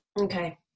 Okay